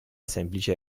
semplice